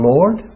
Lord